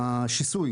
השיסוי